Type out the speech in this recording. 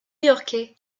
yorkais